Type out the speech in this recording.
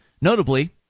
Notably